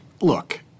Look